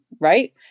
right